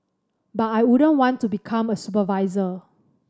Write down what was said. but I wouldn't want to become a supervisor